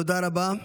תודה רבה.